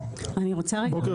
בוקר